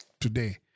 today